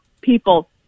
people